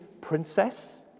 princess